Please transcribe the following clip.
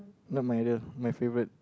not my idol my favourite